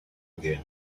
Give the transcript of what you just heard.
again